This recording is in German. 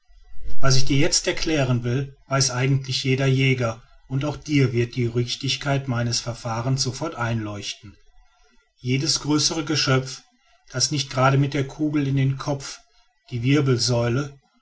was ich dir jetzt erklären will weiß eigentlich jeder jäger und auch dir wird die richtigkeit meines verfahrens sofort einleuchten jedes größere geschöpf das nicht gerade mit der kugel in den kopf die wirbelsäule